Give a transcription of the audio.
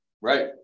right